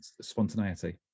spontaneity